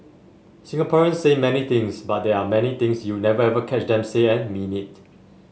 Singaporeans say many things but there are many things you'll never ever catch them say and mean it